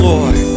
Lord